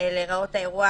להיראות אירוע